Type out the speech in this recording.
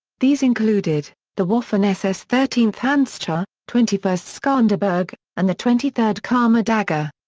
these included the waffen ss thirteenth handschar, twenty first skanderberg, and the twenty third kama dagger.